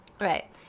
Right